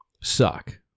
Suck